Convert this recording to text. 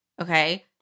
Okay